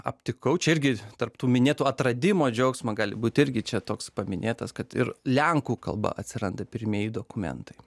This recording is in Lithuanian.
aptikau čia irgi tarp tų minėtų atradimo džiaugsmą gali būt irgi čia toks paminėtas kad ir lenkų kalba atsiranda pirmieji dokumentai